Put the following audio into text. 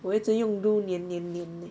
我一直用 glue 黏黏黏黏